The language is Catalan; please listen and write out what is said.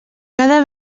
cada